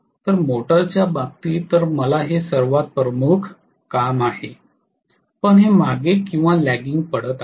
तर मोटरच्या बाबतीत तर मला हे सर्वात प्रमुख काम आहे पण हे मागे किंवा लयग्गिंग पडत आहे